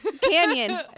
Canyon